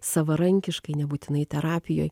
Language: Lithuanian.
savarankiškai nebūtinai terapijoj